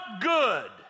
good